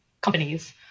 companies